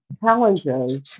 challenges